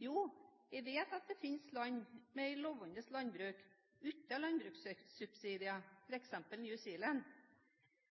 Jo, jeg vet at det finnes land med et levende landbruk uten landbrukssubsidier, f.eks. New Zealand.